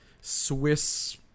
Swiss